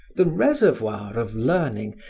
the reservoir of learning,